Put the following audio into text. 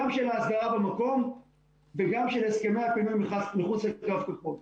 גם של הסדרה במקום וגם של הסכמי הפינוי מחוץ לקו הכחול.